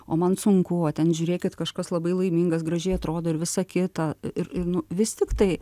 o man sunku o ten žiūrėkit kažkas labai laimingas gražiai atrodo ir visa kita ir ir nu vis tiktai